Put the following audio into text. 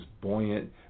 buoyant